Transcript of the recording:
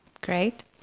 Great